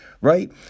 right